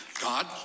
God